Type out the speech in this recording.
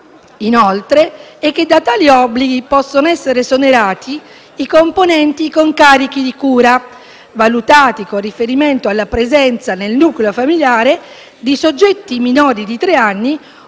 inoltre, è che da tali obblighi possono essere esonerati i componenti con carichi di cura, valutati con riferimento alla presenza, nel nucleo familiare, di soggetti minori di tre anni di età,